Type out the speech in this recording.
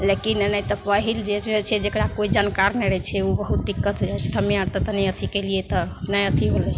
लेकिन नहि तऽ पहिल जे रहै छै जकरा कोइ जानकार नहि रहै छै ओ बहुत दिक्कत होइ जाइ छै हमे आओर तऽ तनि अथी कएलिए तऽ नहि अथी होलै